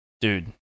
Dude